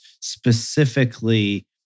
specifically